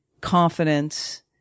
confidence